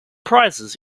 prizes